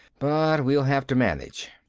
but we'll have to manage.